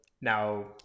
now